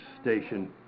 station